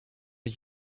did